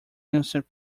innocent